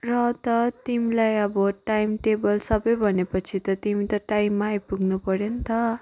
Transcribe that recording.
र त तिमीलाई अब टाइम टेबल सबै भने पछि त तिमी त टाइममा आइपुग्नु पर्यो नि त